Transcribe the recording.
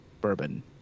bourbon